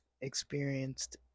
experienced